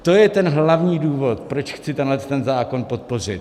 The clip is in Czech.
To je hlavní důvod, proč chci tenhle zákon podpořit.